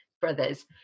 brothers